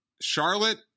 Charlotte